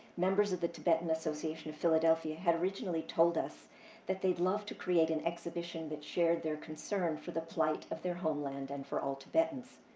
members of the tibetan association of philadelphia had originally told us that they'd love to create an exhibition that shares their concern or the plight of their homeland and for all tibetans.